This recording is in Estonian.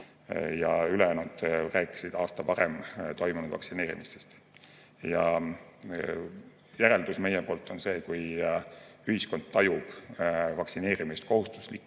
Ülejäänud rääkisid aasta varem toimunud vaktsineerimistest. Ja järeldus meie poolt on see: kui ühiskond tajub vaktsineerimist kohustuslikuna,